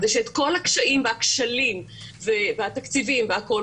זה שאת כל הקשיים והכשלים והתקציבים והכול,